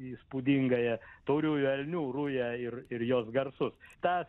įspūdingąją tauriųjų elnių rują ir ir jos garsus tą